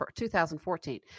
2014